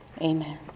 amen